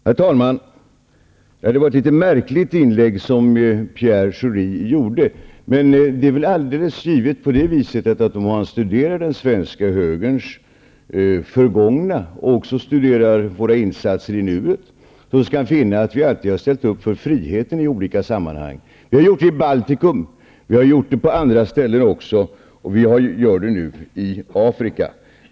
Herr talman! Det var ett litet märkligt inlägg som Pierre Schori gjorde. Men det är alldeles givet att om han studerar den svenska högerns förgångna och även studerar våra insatser i nuet, skall han finna att vi alltid har ställt upp för friheten. Vi har gjort det i Baltikum, vi har gjort det på andra ställen också och vi gör det nu i Afrika.